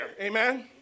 amen